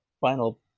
final